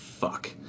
fuck